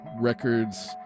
Records